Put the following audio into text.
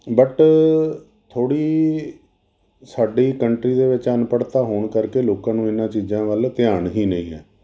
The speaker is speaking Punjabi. ਬਟ ਥੋੜ੍ਹੀ ਸਾਡੀ ਕੰਟਰੀ ਦੇ ਵਿੱਚ ਅਨਪੜ੍ਹਤਾ ਹੋਣ ਕਰਕੇ ਲੋਕਾਂ ਨੂੰ ਇਹਨਾਂ ਚੀਜ਼ਾਂ ਵੱਲ ਧਿਆਨ ਹੀ ਨਹੀਂ ਹੈ